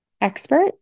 expert